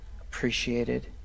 appreciated